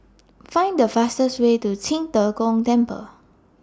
Find The fastest Way to Qing De Gong Temple